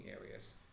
areas